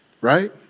Right